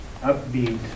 upbeat